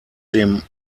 dem